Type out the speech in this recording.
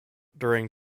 during